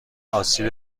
آسیب